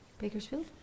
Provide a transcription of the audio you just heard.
Bakersfield